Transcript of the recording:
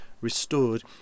restored